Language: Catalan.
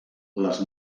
les